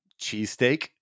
cheesesteak